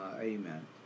amen